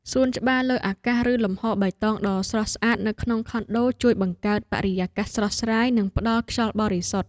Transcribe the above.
សួនច្បារលើអាកាសឬលំហបៃតងដ៏ស្រស់ស្អាតនៅក្នុងខុនដូជួយបង្កើតបរិយាកាសស្រស់ស្រាយនិងផ្តល់ខ្យល់បរិសុទ្ធ។